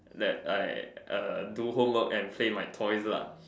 that I uh do homework and play my toys lah